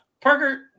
Parker